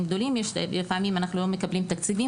גדולים ולפעמים אנחנו לא מקבלים תקציבים.